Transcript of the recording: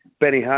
Benny